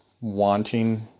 wanting